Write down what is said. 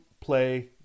play